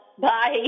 Bye